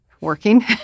working